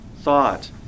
thought